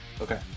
okay